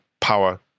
power